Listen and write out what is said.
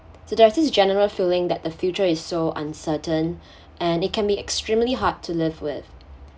so there's this general feeling that the future is so uncertain and it can be extremely hard to live with